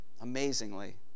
amazingly